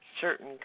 certain